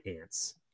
ants